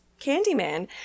Candyman